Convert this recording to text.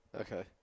Okay